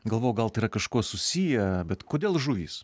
galvojau gal tai yra kažkuo susiję bet kodėl žuvys